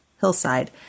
hillside